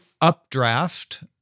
Updraft